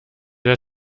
der